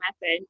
method